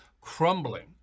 crumbling